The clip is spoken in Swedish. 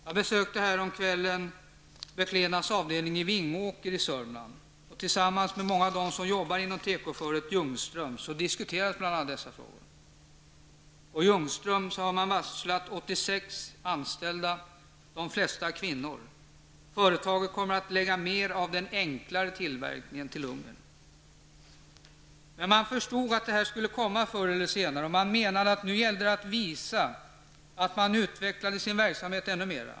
Jag besökte härom kvällen beklädnads avdelning i Vingåker i Södermanland tillsammans med många av dem som arbetar inom tekoföretaget Ljungströms och diskuterade bl.a. dessa frågor. På Ljungströms har man varslat 86 anställda, de flesta kvinnor. Företaget kommer att lägga ut mer av den enklare tillverkningen till Ungern. Man förstod att detta skulle komma förr eller senare. Nu menade man att det gällde att visa att man utvecklade sin verksamhet ännu mer.